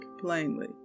plainly